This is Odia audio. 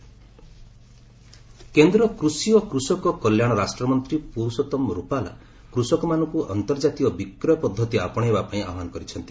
ରୁପାଲା କେନ୍ଦ୍ କୁଷି ଓ କୃଷକ କଲ୍ୟାଣ ରାଷ୍ଟ ମନ୍ତ୍ରୀ ପରଷୋଉମ ରୂପାଲା କୁଷକମାନଙ୍କୁ ଅନ୍ତର୍ଜାତୀୟ ବିକ୍ୟ ପଦ୍ଧତି ଆପଶେଇବା ପାଇଁ ଆହ୍ବାନ କରିଛନ୍ତି